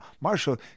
Marshall